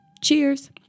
Cheers